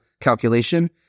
calculation